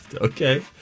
okay